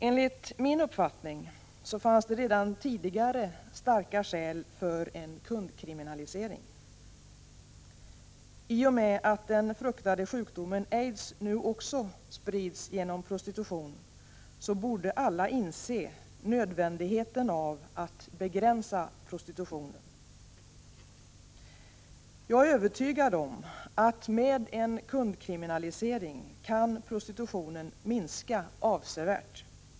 Enligt min uppfattning fanns det redan tidigare starka skäl för en kundkriminalisering. I och med att den fruktade sjukdomen aids nu sprids också genom prostitution borde alla inse nödvändigheten av att begränsa prostitutionen. Jag är övertygad om att den kan minska avsevärt med en kundkriminalisering.